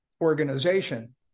organization